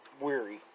weary